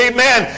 Amen